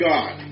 God